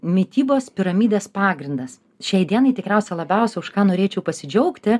mitybos piramidės pagrindas šiai dienai tikriausia labiausia už ką norėčiau pasidžiaugti